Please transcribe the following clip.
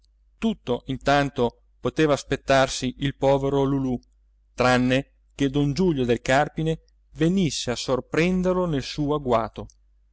tutto intanto poteva aspettarsi il povero lulù tranne che don giulio del carpine venisse a sorprenderlo nel suo agguato